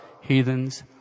heathens